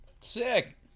sick